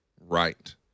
right